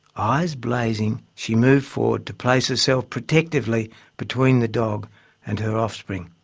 eyes blazing she moved forward to place herself protectively between the dog and her offspring.